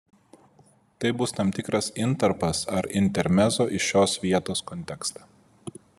tai bus tam tikras intarpas ar intermezzo į šios vietos kontekstą